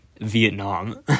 Vietnam